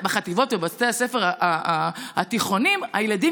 בחטיבות ובבתי הספר התיכונים הילדים